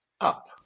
up